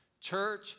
Church